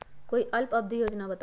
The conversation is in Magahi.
कोई अल्प अवधि योजना बताऊ?